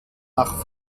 nach